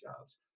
jobs